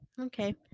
Okay